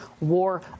war